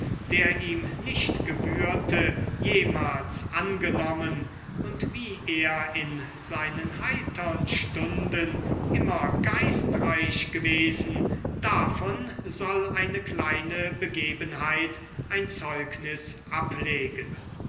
der ihm nicht gebührte jemals angenommen und wie er in seinen heitern stunden immer geistreich gewesen davon soll eine kleine begebenheit ein zeugnis ablegen